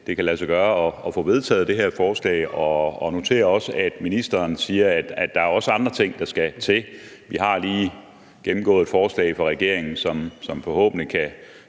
det kan lade sig gøre at få vedtaget det her forslag, og jeg noterer også, at ministeren siger, at der også er andre ting, der skal til. Vi har lige gennemgået et forslag fra regeringen, som forhåbentlig kan